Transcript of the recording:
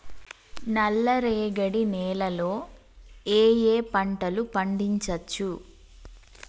నల్లరేగడి నేల లో ఏ ఏ పంట లు పండించచ్చు?